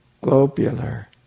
globular